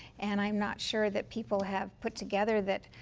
and i'm not sure that people have put together that